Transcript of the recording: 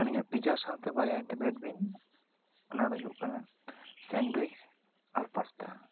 ᱟᱹᱞᱤᱧᱟᱜ ᱯᱤᱡᱽᱡᱟ ᱥᱟᱶᱛᱮ ᱵᱟᱨᱭᱟ ᱟᱭᱴᱮᱢ ᱮᱹᱰᱵᱤᱱ ᱚᱱᱟ ᱫᱚ ᱦᱩᱭᱩᱜ ᱠᱟᱱᱟ ᱥᱮᱱᱰᱣᱤᱪ ᱟᱨ ᱯᱟᱥᱛᱟ